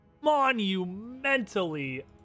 monumentally